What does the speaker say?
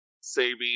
saving